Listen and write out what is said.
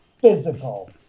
physical